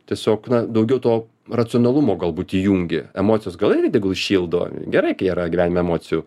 tiesiog daugiau to racionalumo galbūt įjungi emocijos gal irgi tegul šildo gerai kai yra gyvenime emocijų